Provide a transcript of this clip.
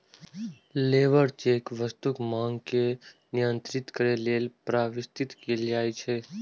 labour check वस्तुक मांग के नियंत्रित करै लेल प्रस्तावित कैल जाइ छै